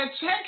check